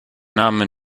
name